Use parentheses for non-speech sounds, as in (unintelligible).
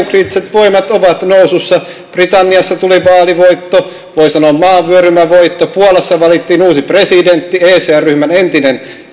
(unintelligible) kriittiset voimat ovat nousussa britanniassa tuli vaalivoitto voi sanoa maanvyörymävoitto puolassa valittiin uusi presidentti ecr ryhmän entinen